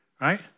right